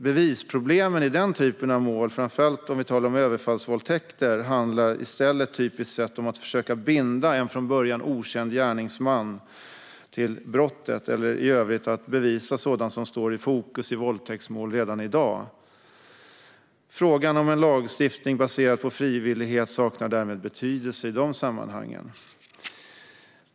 Bevisproblemen i den typen av mål, framför allt om vi talar om överfallsvåldtäkter, handlar i stället typiskt sett om att försöka binda en från början okänd gärningsman till brottet eller i övrigt bevisa sådant som redan i dag står i fokus i våldtäktsmål. Frågan om en lagstiftning baserad på frivillighet saknar därmed betydelse i dessa sammanhang.